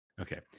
Okay